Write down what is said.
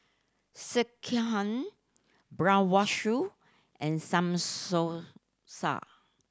Sekihan and